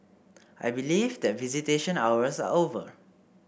I believe that visitation hours are over